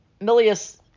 Milius